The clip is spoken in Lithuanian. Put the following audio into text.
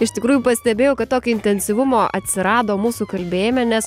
iš tikrųjų pastebėjau kad tokio intensyvumo atsirado mūsų kalbėjime nes